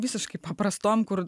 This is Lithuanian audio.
visiškai paprastom kur